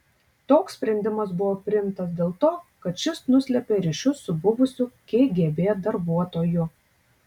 toks sprendimas buvo priimtas dėl to kad šis nuslėpė ryšius su buvusiu kgb darbuotoju